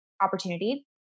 opportunity